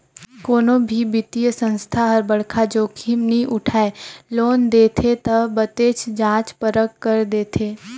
कोनो भी बित्तीय संस्था हर बड़खा जोखिम नी उठाय लोन देथे ता बतेच जांच परख कर देथे